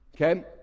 okay